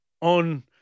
on